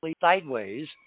sideways